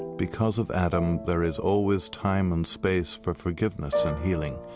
because of adam there is always time and space for forgiveness and healing.